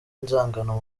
inzangano